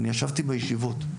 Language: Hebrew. אני ישבתי בישיבות.